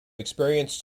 experienced